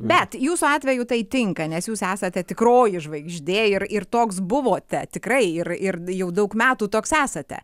bet jūsų atveju tai tinka nes jūs esate tikroji žvaigždė ir ir toks buvote tikrai ir ir jau daug metų toks esate